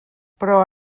però